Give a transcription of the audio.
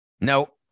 No